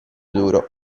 duro